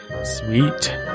Sweet